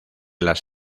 las